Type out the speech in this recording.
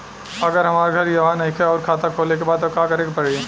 अगर हमार घर इहवा नईखे आउर खाता खोले के बा त का करे के पड़ी?